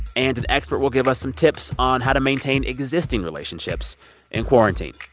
and an expert will give us some tips on how to maintain existing relationships in quarantine.